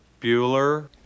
Bueller